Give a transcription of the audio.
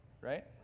Right